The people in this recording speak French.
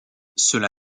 cela